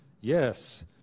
yes